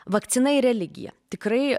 vakcina ir religija tikrai